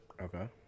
Okay